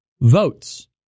votes